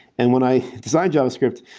and when i designed javascript,